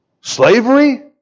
Slavery